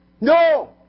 No